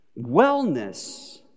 wellness